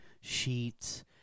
sheets